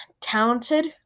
talented